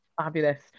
Fabulous